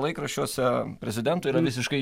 laikraščiuose prezidentui yra visiškai